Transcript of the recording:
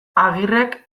agirrek